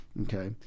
Okay